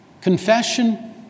Confession